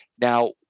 Now